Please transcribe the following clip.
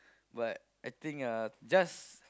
but I think ah just